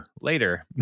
later